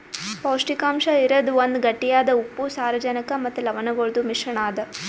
ಪೌಷ್ಟಿಕಾಂಶ ಇರದ್ ಒಂದ್ ಗಟ್ಟಿಯಾದ ಉಪ್ಪು, ಸಾರಜನಕ ಮತ್ತ ಲವಣಗೊಳ್ದು ಮಿಶ್ರಣ ಅದಾ